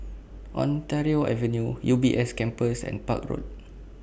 Ontario Avenue U B S Campus and Park Road